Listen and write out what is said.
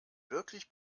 wirklich